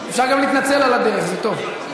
אפשר גם להתנצל על הדרך, זה טוב.